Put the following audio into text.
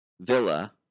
Villa